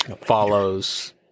follows